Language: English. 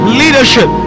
leadership